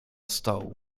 stołu